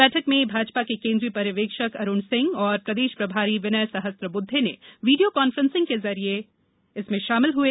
बैठक में भाजपा के केन्द्रीय पर्यवेक्षक अरुण सिंह और प्रदेश प्रभारी विनय सहस्त्रबुद्धे ने वीडियो कांफ्रेंसिंग के जरिये शामिल हुए